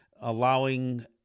allowing